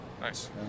Nice